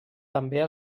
també